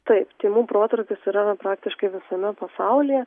taip tymų protrūkis yra na praktiškai visame pasaulyje